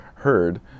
heard